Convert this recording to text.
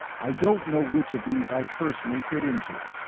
i don't know which of these i personally fit into,